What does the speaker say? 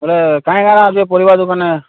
ଏରେ କାଏଁ କ'ଣ ଆସିବ ପରିବା ଦୋକାନେ